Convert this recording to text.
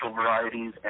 varieties